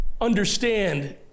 understand